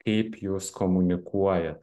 kaip jūs komunikuojat